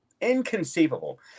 Inconceivable